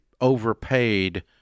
overpaid